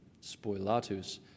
Spoilatus